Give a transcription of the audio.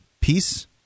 peace